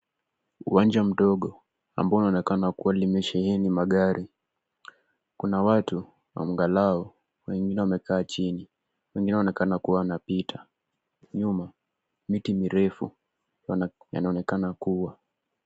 Uwanja mdogo ambao unaonekana kuwa limesheheni magari. Kuna watu angalau wengine wamekaa chini wengine wanaonekana kuwa wanapita. Nyuma miti mirefu yanaonekana kuwa.